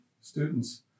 students